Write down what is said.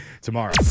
tomorrow